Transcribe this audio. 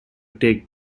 take